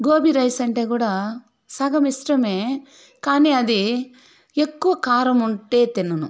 gobi rice అంటే కూడా సగం ఇష్టమే కానీ అది ఎక్కువ కారం ఉంటే తినను